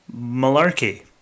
malarkey